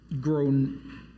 grown